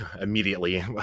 immediately